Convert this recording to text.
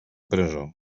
presó